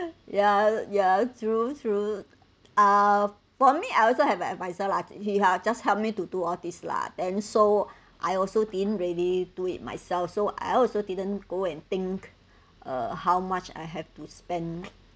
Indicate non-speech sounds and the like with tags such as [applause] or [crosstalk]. [laughs] ya ya true true uh for me I also have an adviser lah he ah just help me to do all these lah and so I also didn't really do it myself so I also didn't go and think uh how much I have to spend